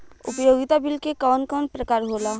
उपयोगिता बिल के कवन कवन प्रकार होला?